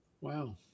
Wow